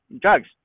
drugs